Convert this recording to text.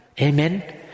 Amen